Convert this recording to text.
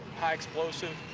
high explosive.